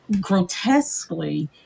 grotesquely